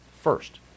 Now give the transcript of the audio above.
first